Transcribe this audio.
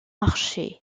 archer